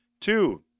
Two